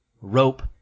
Rope